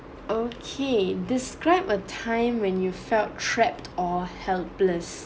okay describe a time when you felt trapped or helpless